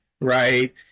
right